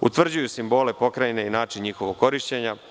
Utvrđuju simbole pokrajine i način njihovog korišćenja.